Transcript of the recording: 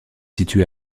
situé